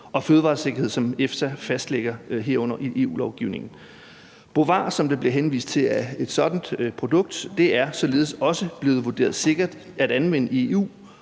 og fødevaresikkerhed, som EFSA fastlægger, herunder i EU-lovgivningen. Bovaer, som der bliver henvist til, er et sådant produkt. Det er således også blevet vurderet sikkert at anvende i EU,